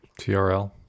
TRL